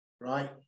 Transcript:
right